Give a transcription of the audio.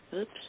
Oops